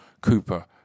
Cooper